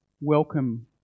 welcome